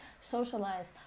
socialize